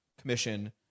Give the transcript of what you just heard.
Commission